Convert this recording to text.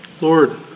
Lord